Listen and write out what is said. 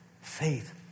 faith